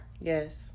Yes